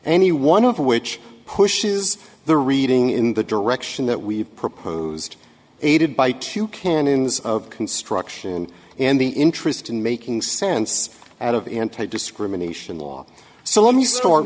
any one of which pushes the reading in the direction that we've proposed aided by two canons of construction and the interest in making sense out of anti discrimination law so let me start